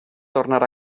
tornar